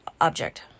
object